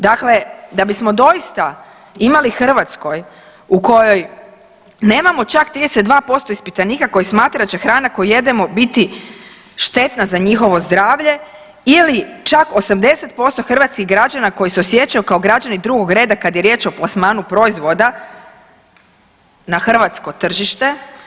Dakle, da bismo doista imali u Hrvatskoj u kojoj nemamo čak 32% ispitanika koji smatra da će hrana koju jedemo biti štetna za njihovo zdravlje ili čak 80% hrvatskih građana koji se osjećaju kao građani drugog reda kad je riječ o plasmanu proizvoda na hrvatsko tržište.